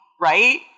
right